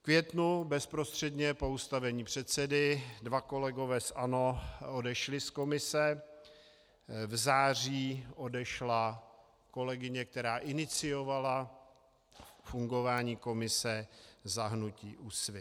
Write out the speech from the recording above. V květnu bezprostředně po ustavení předsedy dva kolegové z ANO odešli z komise, v září odešla kolegyně, která iniciovala fungování komise za hnutí Úsvit.